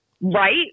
Right